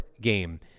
game